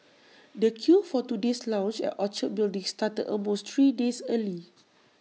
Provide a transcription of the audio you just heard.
the queue for today's launch at Orchard building started almost three days early